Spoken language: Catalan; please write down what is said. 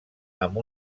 amb